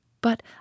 But